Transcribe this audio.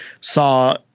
saw